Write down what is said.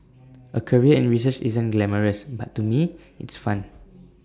A career in research isn't glamorous but to me it's fun